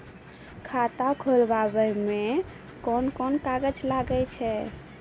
खाता खोलावै मे कोन कोन कागज लागै छै?